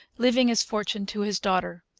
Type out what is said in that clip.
leaving his fortune to his daughter,